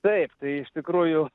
taip tai iš tikrųjų